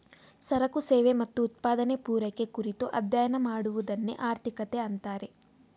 ಸರಕು ಸೇವೆ ಮತ್ತು ಉತ್ಪಾದನೆ, ಪೂರೈಕೆ ಕುರಿತು ಅಧ್ಯಯನ ಮಾಡುವದನ್ನೆ ಆರ್ಥಿಕತೆ ಅಂತಾರೆ